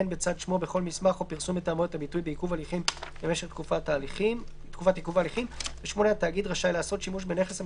אנחנו כאן לא רוצים לתת את הכלים הכבדים של חלק ב' אבל כן יש דברים